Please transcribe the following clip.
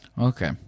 Okay